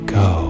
go